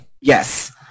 Yes